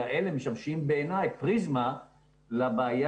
אלא אלה משמשים בעיניי פריזמה לבעיה